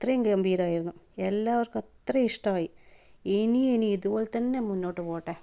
അത്രയും ഗംഭീരമായിരുന്നു എല്ലാവർക്കും അത്രയും ഇഷ്ടമായി ഇനിയും ഇനിയും ഇതുപോലെ തന്നെ മുന്നോട് പോകട്ടെ